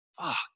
Fuck